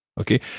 Okay